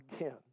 Again